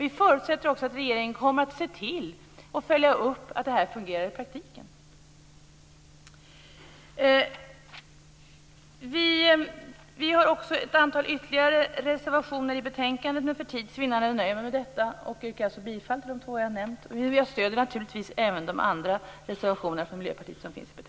Vi förutsätter också att regeringen kommer att se till att följa upp att det fungerar i praktiken. Miljöpartiet har också ett antal ytterligare reservationer till betänkandet, men för tids vinnande nöjer jag mig med detta. Jag yrkar alltså bifall till de två reservationer jag har nämnt men jag stöder naturligtvis även de andra reservationerna från Miljöpartiet.